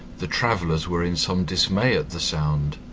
the travellers were in some dismay at the sound,